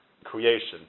creation